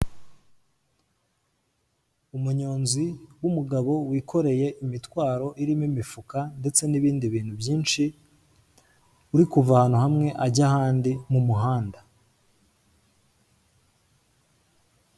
Umunyonzi w'umugabo wikoreye imitwaro irimo imifuka ndetse n'ibindi bintu byinshi, uri kuva ahantu hamwe ajya ahandi mu muhanda.